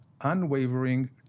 unwavering